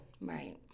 Right